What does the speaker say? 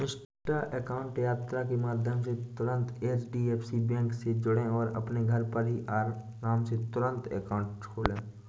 Insta account यात्रा के माध्यम से तुरंत एच.डी.एफ.सी बैंक से जुड़ें और अपने घर पर ही आराम से तुरंत अकाउंट खोले